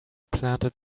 planted